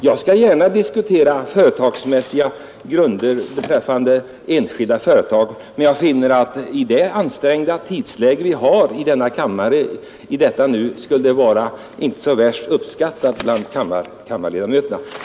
Jag skall gärna diskutera hur enskilda företag drivs företagsekonomiskt, men i det ansträngda tidsläge som vi nu befinner oss i skulle det inte bli så värst uppskattat bland kammarledamöterna.